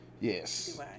Yes